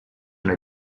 una